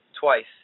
twice